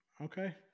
okay